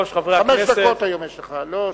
חמש דקות היום יש לך, לא שלוש.